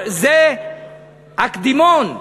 זה הקדימון,